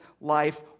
life